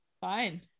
Fine